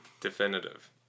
definitive